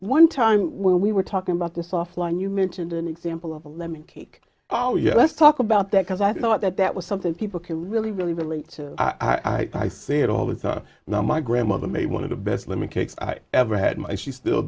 one time when we were talking about this offline you mentioned an example of a lemon cake oh yeah let's talk about that because i thought that that was something people can really really relate to i say it all the time now my grandmother may one of the best let me cakes i ever had my she still